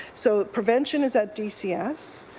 so prevention is at dcs.